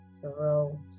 throat